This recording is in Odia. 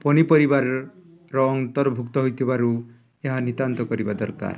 ପନିପରିବାରର ଅନ୍ତର୍ଭୁକ୍ତ ହୋଇଥିବାରୁ ଏହା ନିତାନ୍ତ କରିବା ଦରକାର